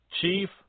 Chief